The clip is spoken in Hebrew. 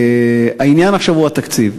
העניין עכשיו הוא התקציב.